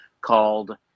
called